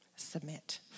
submit